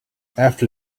after